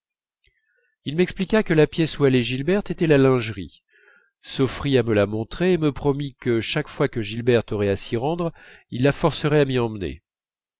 il m'expliqua que la pièce où allait gilberte était la lingerie s'offrit à me la montrer et me promit que chaque fois que gilberte aurait à s'y rendre il la forcerait à m'y emmener